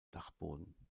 dachboden